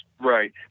Right